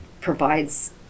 provides